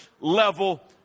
level